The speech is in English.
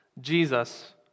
Jesus